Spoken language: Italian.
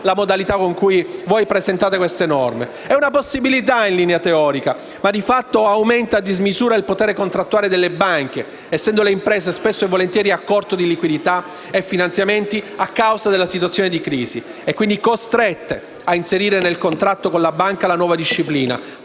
la modalità con cui voi presentate queste norme. È una possibilità in linea teorica, ma di fatto aumenta a dismisura il potere contrattuale delle banche, essendo le imprese spesso a corto di liquidità e finanziamenti a causa della situazione di crisi e quindi costrette a inserire nel contratto con la banca la nuova disciplina,